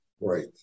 Right